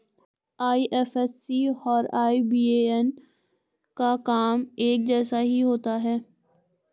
IFSC और IBAN का काम एक जैसा ही होता है